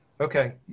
Okay